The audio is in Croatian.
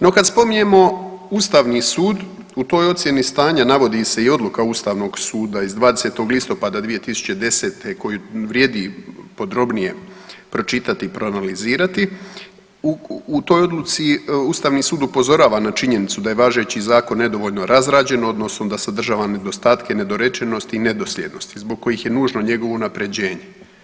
No kad spominjemo Ustavni sud u toj ocjeni stanja navodi se i odluka Ustavnog suda iz 20. listopada 2020. koju vrijedi podrobnije pročitati i proanalizirati u toj odluci Ustavni sud upozorava na činjenicu da je važeći zakon nedovoljno razrađen odnosno da sadržava nedostatke, nedorečenosti i nedosljednosti zbog kojih je nužno njegovo unapređenje.